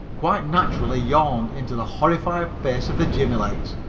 quite naturally yawned into the horrified face of the jimmy-legs,